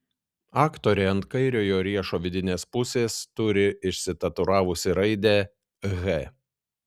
aktorė ant kairiojo riešo vidinės pusės turi išsitatuiravusi raidę h